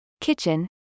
kitchen